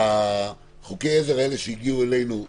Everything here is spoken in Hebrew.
חוקי העזר האלה שהגיעו אלינו,